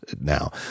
now